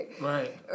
Right